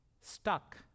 stuck